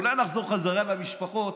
אולי נחזור חזרה למשפחות,